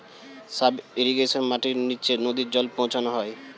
sub irrigation মাটির নিচে নদী জল পৌঁছানো হয়